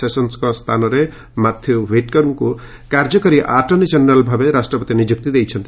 ସେସନ୍କଙ୍କ ସ୍ଥାନରେ ମାଥ୍ୟୁ ହ୍ୱିଟେକର୍ଙ୍କୁ କାର୍ଯ୍ୟକାରୀ ଆଟର୍ଣ୍ଣି ଜେନେରାଲ୍ ଭାବେ ରାଷ୍ଟ୍ରପତି ନିଯୁକ୍ତି ଦେଇଛନ୍ତି